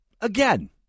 again